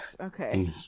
okay